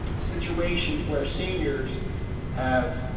situations where seniors have